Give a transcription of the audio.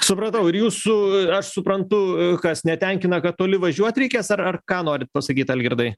supratau ir jūsų aš suprantu kas netenkina kad toli važiuot reikės ar ar ką norit pasakyt algirdai